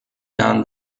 than